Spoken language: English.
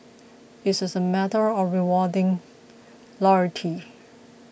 it is a matter of rewarding loyalty